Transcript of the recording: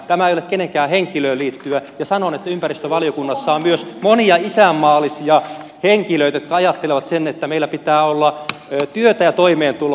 tämä ei ole kenenkään henkilöön liittyvää ja sanon että ympäristövaliokunnassa on myös monia isänmaallisia henkilöitä jotka ajattelevat että meillä pitää olla työtä ja toimeentuloa